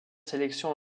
sélections